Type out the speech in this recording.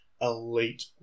elite